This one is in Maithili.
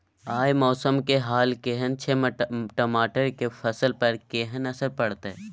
आय मौसम के हाल केहन छै टमाटर के फसल पर केहन असर परतै?